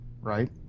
right